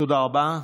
תודה רבה.